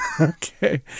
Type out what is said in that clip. Okay